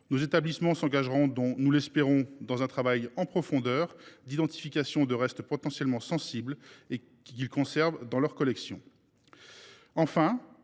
nos établissements s’engageront dans un travail en profondeur d’identification des restes potentiellement sensibles qu’ils conservent dans leurs collections. Enfin,